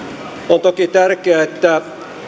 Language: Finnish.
on toki tärkeää että